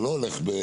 זה לא הולך במקביל.